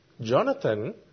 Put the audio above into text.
Jonathan